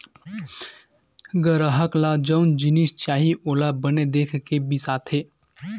गराहक ल जउन जिनिस चाही ओला बने देख के बिसाथे